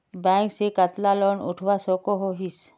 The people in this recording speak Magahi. बैंक से कतला लोन उठवा सकोही?